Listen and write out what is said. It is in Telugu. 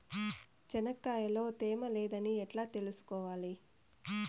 చెనక్కాయ లో తేమ లేదని ఎట్లా తెలుసుకోవాలి?